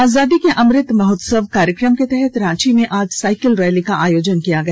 आजादी को अमृत महोत्सव कार्यक्रम के तहत रांची मे आज साइकिल रैली का आयोजन किया गया